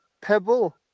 Pebble